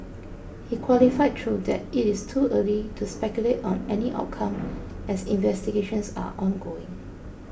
he qualified though that it is too early to speculate on any outcome as investigations are ongoing